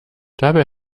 dabei